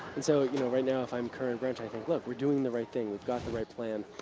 and so you know right now if i'm kerr and brent, i'd think, look we're doing the right thing. we've got the right plan.